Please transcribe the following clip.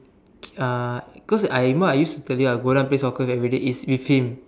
uh cause I remember I used to I tell you I go down and play soccer everyday it's with him